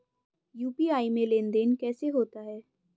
UPI में लेनदेन कैसे होता है?